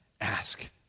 ask